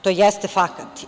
To jeste fakat.